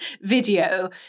video